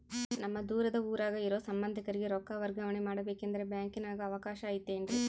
ನಮ್ಮ ದೂರದ ಊರಾಗ ಇರೋ ಸಂಬಂಧಿಕರಿಗೆ ರೊಕ್ಕ ವರ್ಗಾವಣೆ ಮಾಡಬೇಕೆಂದರೆ ಬ್ಯಾಂಕಿನಾಗೆ ಅವಕಾಶ ಐತೇನ್ರಿ?